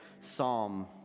psalm